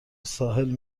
ساحل